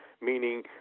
meaning